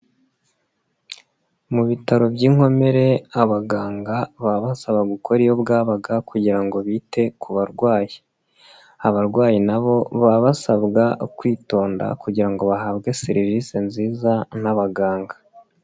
Mu bitaro by'inkomere abaganga babasaba gukora iyo bwabaga kugira ngo bite ku barwayi, abarwayi nabo baba basabwa kwitonda kugira ngo bahabwe serivisi nziza n'abaganga.